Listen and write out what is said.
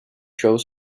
joe